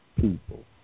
people